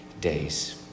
days